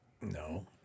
No